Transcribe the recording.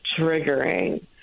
Triggering